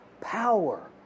power